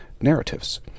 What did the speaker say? narratives